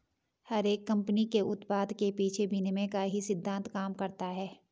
हर एक कम्पनी के उत्पाद के पीछे विनिमय का ही सिद्धान्त काम करता है